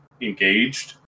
engaged